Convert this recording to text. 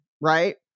right